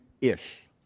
ish